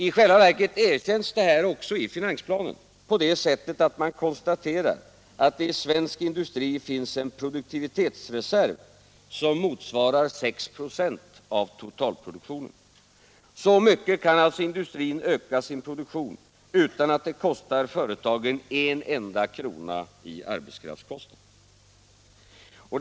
I själva verket erkänns detta också i finansplanen, på det sättet att man konstaterar att det i svensk industri finns en produktivitetsreserv som motsvarar 6 26 av totalproduktionen. Så mycket kan alltså industrin öka sin produktion utan att det kostar företagen en enda krona i arbetskraftskostnader.